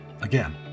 Again